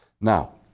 Now